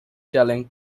telling